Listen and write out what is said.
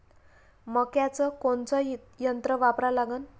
मक्याचं कोनचं यंत्र वापरा लागन?